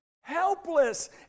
Helpless